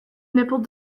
nipple